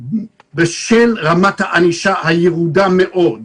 בשל רמת הענישה הירודה מאוד,